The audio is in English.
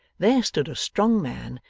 there stood a strong man,